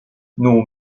nous